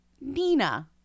Nina